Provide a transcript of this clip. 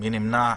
מי נמנע?